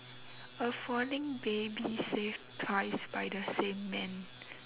affording babies save ties by the same man